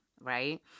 right